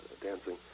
dancing